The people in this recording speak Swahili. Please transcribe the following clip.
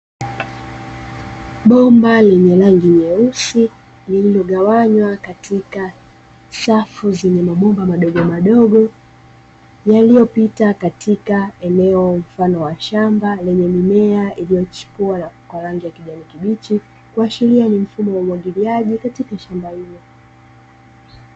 Bomba lenye rangi nyeusi, lililogawanywa katika safu zenye mabomba madogomadogo, yaliyopita katika eneo mfano wa shamba, lenye mimea iliyochipua kwa rangi ya kijani kibichi, kuashiria ni mfumo wa umwagiliaji katika shamba hilo.